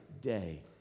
day